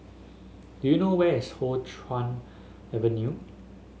do you know where is Hoe Chuan Avenue